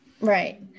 Right